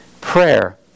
Prayer